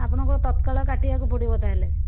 ଆପଣଙ୍କର ତତ୍କାଳ କାଟିବାକୁ ପଡ଼ିବ ତାହେଲେ